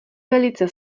velice